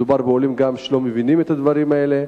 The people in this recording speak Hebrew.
מדובר גם בעולים שלא מבינים את הדברים האלה.